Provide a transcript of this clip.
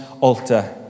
altar